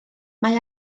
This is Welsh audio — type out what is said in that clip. mae